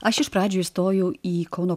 aš iš pradžių įstojau į kauno